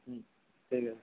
হুম ঠিক আছে